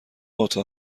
اتاق